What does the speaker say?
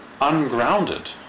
ungrounded